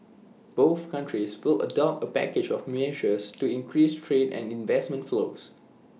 both countries will adopt A package of measures to increase trade and investment flows